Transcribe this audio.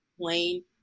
plain